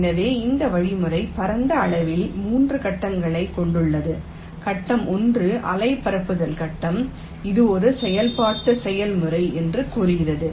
எனவே இந்த வழிமுறை பரந்த அளவில் 3 கட்டங்களைக் கொண்டுள்ளது கட்டம் 1 அலை பரப்புதல் கட்டம் இது ஒரு செயல்பாட்டு செயல்முறை என்று கூறுகிறது